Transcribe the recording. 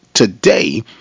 Today